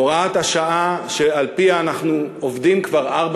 הוראת השעה שעל-פיה אנחנו עובדים כבר ארבע